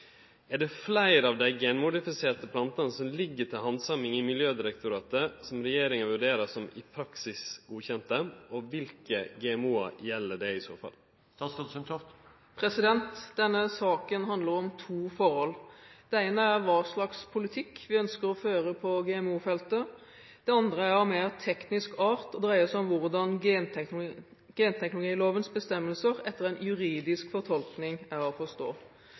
er godkjende i EU. Er det fleire av dei genmodifiserte plantene som ligg til handsaming i Miljødirektoratet, regjeringa vurderer som «i praksis godkjende», og kva GMO-ar gjeld dette?» Denne saken handler om to forhold. Det ene er hva slags politikk vi ønsker å føre på GMO-feltet. Det andre er av mer teknisk art og dreier seg om hvordan genteknologilovens bestemmelser etter en juridisk fortolkning er å forstå.